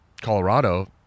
Colorado